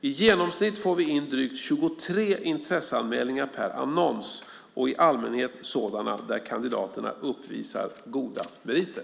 I genomsnitt får vi in drygt 23 intresseanmälningar per annons och i allmänhet sådana där kandidaterna uppvisar goda meriter.